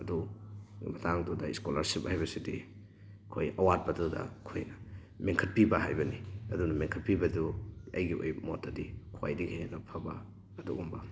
ꯑꯗꯨ ꯃꯇꯥꯡꯗꯨꯗ ꯏꯁꯀꯣꯂꯥꯔꯁꯤꯞ ꯍꯥꯏꯕꯁꯤꯗꯤ ꯑꯩꯈꯣꯏ ꯑꯋꯥꯠꯄꯗꯨꯗ ꯑꯩꯈꯣꯏ ꯃꯦꯟꯈꯠꯄꯤꯕ ꯍꯥꯏꯕꯅꯤ ꯑꯗꯨꯅ ꯃꯦꯟꯈꯠꯄꯤꯕꯗꯨ ꯑꯩꯒꯤ ꯑꯣꯏꯕ ꯃꯣꯠꯇꯗꯤ ꯈ꯭ꯋꯥꯏꯗꯒꯤ ꯍꯦꯟꯅ ꯐꯕ ꯑꯗꯨꯒꯨꯝꯕ